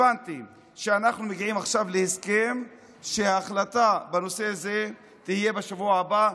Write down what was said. הבנתי שאנחנו מגיעים עכשיו להסכם שההחלטה בנושא הזה תהיה בשבוע הבא.